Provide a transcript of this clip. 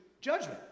judgment